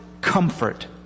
comfort